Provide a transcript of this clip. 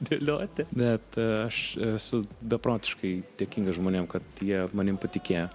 dėlioti net aš esu beprotiškai dėkingas žmonėm kad jie manim patikėjo